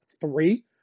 three